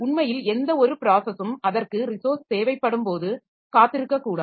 உண்மையில் எந்த ஒரு ப்ராஸஸும் அதற்கு ரிசோர்ஸ் தேவைப்படும்போது காத்திருக்கக் கூடாது